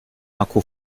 akku